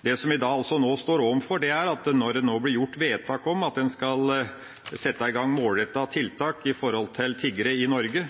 Det som vi da også står overfor, er at det nå blir gjort vedtak om at en skal sette i gang målrettede tiltak for tiggere i Norge,